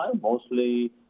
mostly